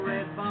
Red